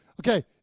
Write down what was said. Okay